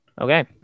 Okay